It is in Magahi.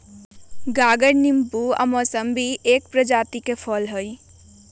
गागर नेबो आ मौसमिके एगो प्रजाति फल हइ